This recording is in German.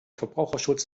verbraucherschutz